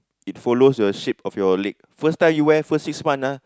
it follows your shape of your leg first time you wear first six month ah